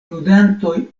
ludantoj